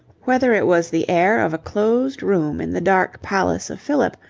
whether it was the air of a closed room in the dark palace of philip,